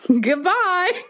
Goodbye